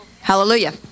Hallelujah